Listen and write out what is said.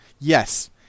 Yes